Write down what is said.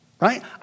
right